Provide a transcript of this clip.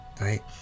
right